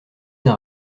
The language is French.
d’un